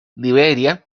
liberia